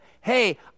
hey